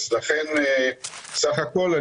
לכן בסך הכול,